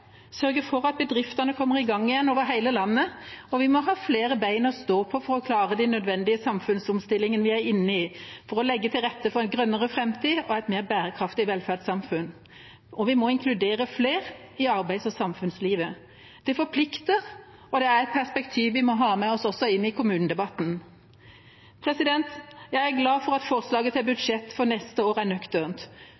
sørge for at bedriftene kommer i gang igjen over hele landet, og vi må ha flere bein å stå på for å klare de nødvendige samfunnsomstillingene vi er inne i for å legge til rette for en grønnere framtid og et mer bærekraftig velferdssamfunn. Og vi må inkludere flere i arbeids- og samfunnslivet. Det forplikter, og det er et perspektiv vi må ha med oss også inn i kommunedebatten. Jeg er glad for at forslaget til